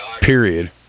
period